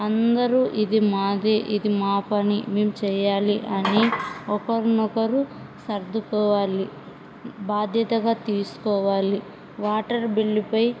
అందరూ ఇది మాదే ఇది మా పని మేము చేయాలి అని ఒకరినొకరు సర్దుకోవాలి బాధ్యతగా తీసుకోవాలి వాటర్ బిల్లుపై